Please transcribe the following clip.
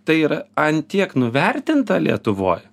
tai yra ant tiek nuvertinta lietuvoj